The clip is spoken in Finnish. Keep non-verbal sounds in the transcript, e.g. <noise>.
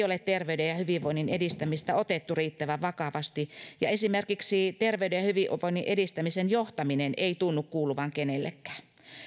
<unintelligible> ole terveyden ja hyvinvoinnin edistämistä otettu riittävän vakavasti ja esimerkiksi terveyden ja hyvinvoinnin edistämisen johtaminen ei tunnu kuuluvan kenellekään